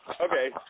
Okay